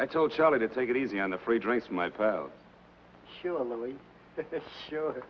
i told charlie to take it easy on the free drinks my